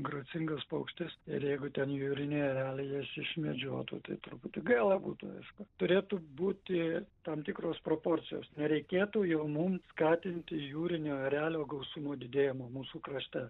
gracingas paukštis ir jeigu ten jūriniai ereliai jas išmedžiotų tai truputį gaila būtų aišku turėtų būti tam tikros proporcijos nereikėtų jau mum skatinti jūrinio erelio gausumo didėjimo mūsų krašte